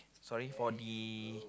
sorry for the